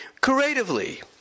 creatively